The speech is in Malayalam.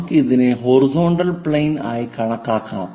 നമുക്ക് ഇതിനെ ഹൊറിസോണ്ടൽ പ്ലെയിൻ ആയി കണക്കാക്കാം